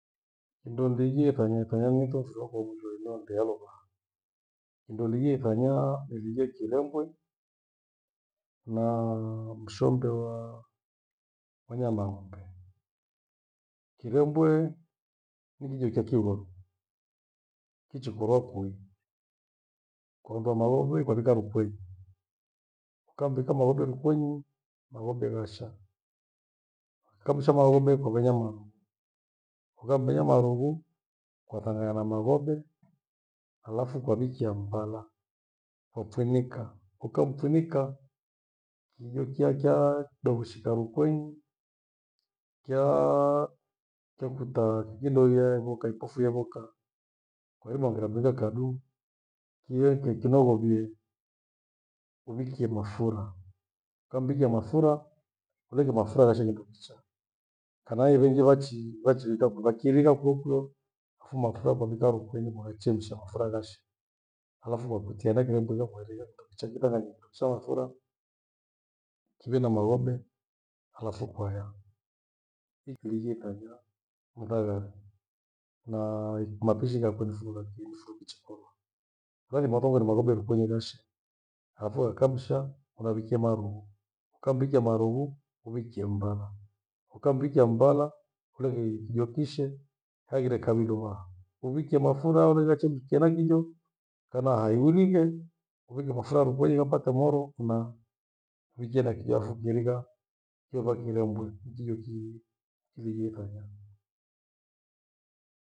Kindo ndhijie kanyaka ya mweka njiro kwa mri weno ndea luvaa. Kindo niwie thanyaa nighire kirebwe naa mshombe waa- wa nyama ya ng'ombe. Kirebwe ni kijo cha kighono kichikorwa kwi, kwa ondoa maghobe kwavika ruwenyi. Ukamvika maghobe rukwenyi maghobe nasha, ukamsha manghobe ukamvenya marughu. Ukammenya marughu ukathanganya na maghobe halafu kwavikia mmbala, kwaphinika. Ukamphinika, kijo kya kyaa dogoshika rukwenyi, yaa! kekuta kikidogea evuka ipofu yevuka. Kwairima ungeraduga kadu kiheke kinovovie uwikie mafura. Ukamvikia mafura, uwinge mafura kashaninga kichaa. Kana iringi wachii- wachii ta kuvakirigha kwio kwio fu mafura ukavika rukwenyi kuna ichi ncha mafura ghashi. Halafu wapitia na kire mndu uyakwaribia mndu chekuta na kindo cha mafura kiwe na maghobe halafu kwaya. Hi- hi ntavila mthagani na mapishi ghakwe nifurie vakiini fokichekorwa. Vengi mathonge na maghobe rukwenyi kashi hafu wakamsha unawikie marughu. Ukamvikia marughu uwikie mbala ukamwikia mbala kuleke kijo kishe haghire kamandu vaa. Uwikie mafura onaga chenji kinakijo kana hai ulinge uwike mafura rukwenyi kapata moro uwikie na kijafu kwirigha kuliko kirembwe njeo ki- kijiithanya